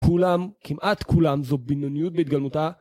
כולם, כמעט כולם, זו בינוניות בהתגלמותה